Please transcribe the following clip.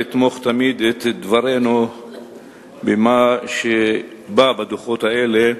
לתמוך תמיד את דברינו במה שבא בדוחות האלה,